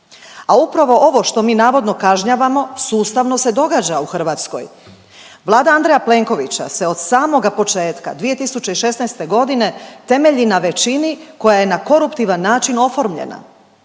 A upravo ovo što mi navodno kažnjavamo sustavno se događa u Hrvatskoj. Vlada Andreja Plenkovića se od samoga početka 2016. godine temelji na većini koja je na koruptivan način oformljena.